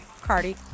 Cardi